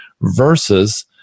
versus